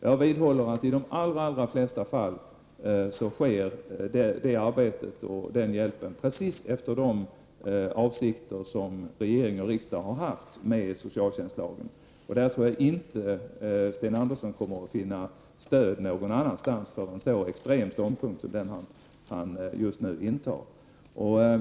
Jag vidhåller att det arbetet, den hjälpen, i de allra flesta fall sker helt i linje med de avsikter som regeringen och riksdagen haft beträffande socialtjänstlagen. Där tror jag inte att Sten Andersson kommer att finna stöd någon annanstans med tanke på den mycket extrema ståndpunkt som han nu intar.